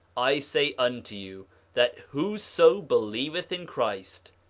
i say unto you that whoso believeth in christ,